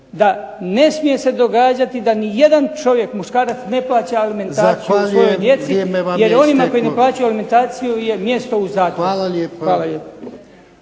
da ne smije se događati nijedan čovjek muškarac ne plaću alimentaciju svojoj djeci jer onima koji ne plaćaju alimentaciju je mjesto u zatvoru. Hvala lijepo.